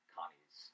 Connie's